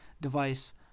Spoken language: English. device